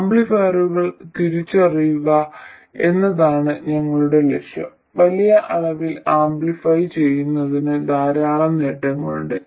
ആംപ്ലിഫയറുകൾ തിരിച്ചറിയുക എന്നതാണ് ഞങ്ങളുടെ ലക്ഷ്യം വലിയ അളവിൽ ആംപ്ലിഫൈ ചെയ്യുന്നതിന് ധാരാളം നേട്ടങ്ങളുണ്ട്